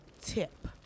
tip